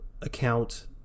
account